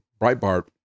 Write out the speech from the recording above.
Breitbart